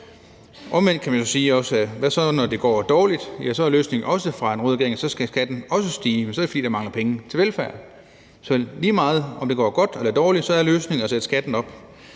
Omvendt kan man jo også sige: Hvad så, når det går dårligt? Så er løsningen også for en rød regering, at så skal skatten også stige, men så er det, fordi der mangler penge til velfærd. Så lige meget, om det går godt eller dårligt, så er løsningen at sætte skatten op.